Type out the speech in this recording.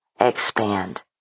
expand